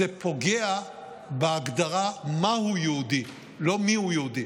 זה פוגע בהגדרה מה הוא יהודי, לא מיהו יהודי.